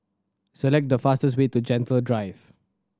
select the fastest way to Gentle Drive